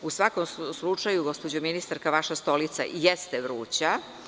U svakom slučaju, gospođo ministarka, vaša stolica jeste vruća.